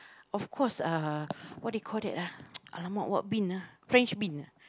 of course uh what do you call that ah !alamak! what bean ah french bean ah